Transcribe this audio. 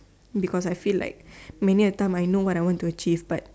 because I feel like many of time I know what I want to achieve but